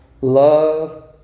Love